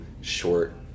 short